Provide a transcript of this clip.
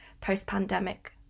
post-pandemic